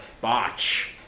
botch